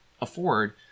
afford